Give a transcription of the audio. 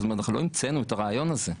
זאת אומרת אנחנו לא המצאנו את הרעיון הזה.